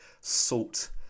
salt